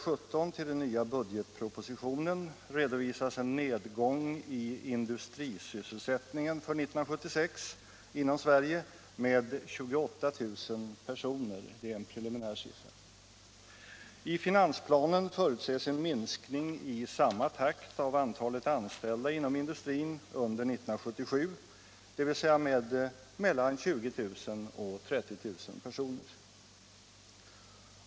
17 till den nya budgetpropositionen redovisas en nedgång i industrisysselsättningen för 1976 inom Sverige med 28 000 personer — det är en preliminär siffra. I finansplanen förutses en minskning i samma takt av antalet anställda inom industrin under 1977, dvs. med mellan 20 000 och 30 000 personer.